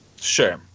Sure